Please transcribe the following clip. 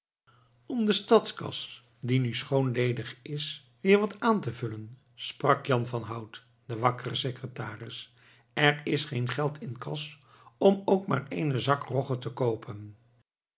om de stadskas die nu schoon ledig is weer wat aan te vullen sprak jan van hout de wakkere secretaris er is geen geld in kas om ook maar eenen zak rogge te koopen